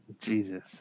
Jesus